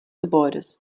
gebäudes